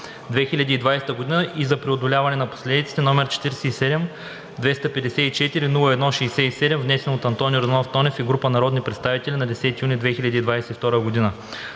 2020 г., и за преодоляване на последиците, № 47-254-01-67, внесен от Антон Йорданов Тонев и група народни представители на 10 юни 2022 г.